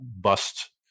bust